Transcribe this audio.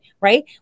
right